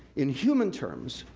in human terms,